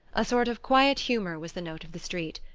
a sort of quiet humour was the note of the street.